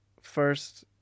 first